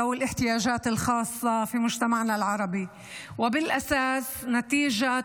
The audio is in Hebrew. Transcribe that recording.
בשפה הערבית, להלן תרגומם: